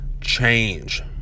change